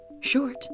Short